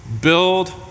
Build